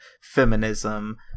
feminism